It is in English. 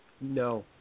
No